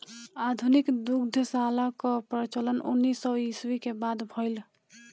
आधुनिक दुग्धशाला कअ प्रचलन उन्नीस सौ ईस्वी के बाद भइल